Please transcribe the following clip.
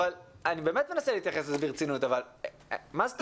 אבל מה זאת אומרת?